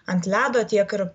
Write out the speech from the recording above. ant ledo tiek ir